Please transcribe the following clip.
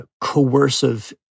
coercive